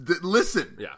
Listen